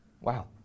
Wow